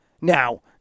Now